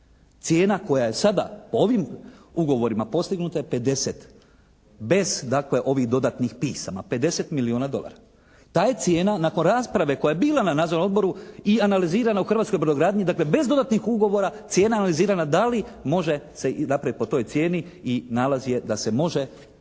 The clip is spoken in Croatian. je 50 bez dakle ovih dodatnih pisama, 50 milijuna dolara. Ta je cijena nakon rasprave koja je bila na Nadzornom odboru i analizirana u hrvatskoj brodogradnji, dakle bez dodatnih ugovora cijena analizirana da li može se i dakle po toj cijeni i nalaz je da se može dakle